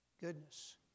goodness